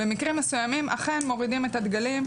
במקרים מסויימים אכן מורידים את הדגלים,